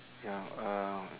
ya uh